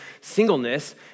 singleness